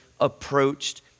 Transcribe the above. approached